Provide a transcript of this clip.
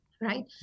Right